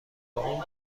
اون